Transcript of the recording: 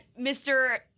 Mr